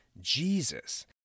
Jesus